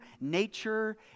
nature